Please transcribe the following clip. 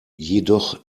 jedoch